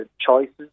choices